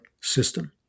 system